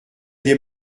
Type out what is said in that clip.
des